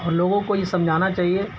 اور لوگوں کو یہ سمجھنا چاہیے